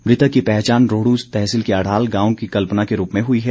मृतक की पहचान रोहडू तहसील के अढ़ाल गांव की कल्पना के रूप में हुई है